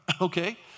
Okay